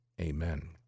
Amen